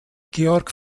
georg